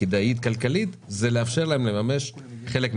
כדאית כלכלית זה לאפשר להם לממש חלק מהדירות.